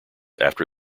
after